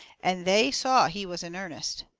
and they saw he was in earnest.